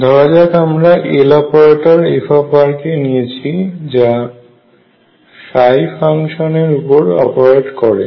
ধরা যাক আমরা Loperatorfr কে নিয়েছি যা ফাংশনের উপর অপারেট করে